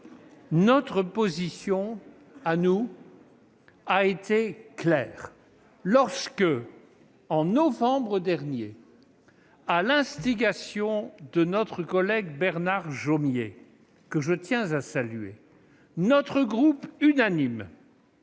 notre position a été claire : au mois de novembre dernier, à l'instigation de notre collègue Bernard Jomier, que je tiens à saluer, notre groupe a